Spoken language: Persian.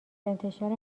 انتشار